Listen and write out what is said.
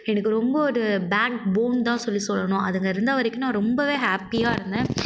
எனக்கு ரொம்ப அது பேக் போன்னு தான் சொல்லி சொல்லணும் அதுங்க இருந்த வரைக்கும் நான் ரொம்ப ஹாப்பியாக இருந்தேன்